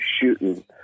shooting